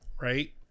Right